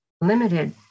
limited